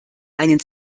einen